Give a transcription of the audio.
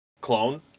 Clone